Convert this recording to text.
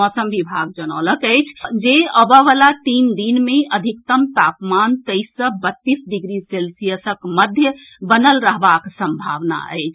मौसम विभाग जनौलक अछि जे अबए वला तीन चारि दिन मे अधिकतम तापमान तईस सऽ बत्तीस डिग्री सेल्सियसक मध्य बनल रहबाक संभावना अछि